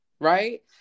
right